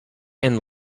and